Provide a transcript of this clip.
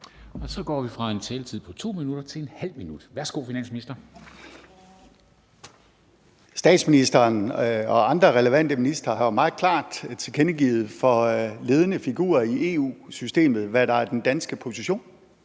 Så går vi fra en taletid på 2 minutter til ½ minut. Værsgo, finansministeren. Kl. 13:05 Finansministeren (Nicolai Wammen): Statsministeren og andre relevante ministre har jo meget klart tilkendegivet over for ledende figurer i EU-systemet, hvad der er den danske position.